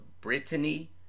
Brittany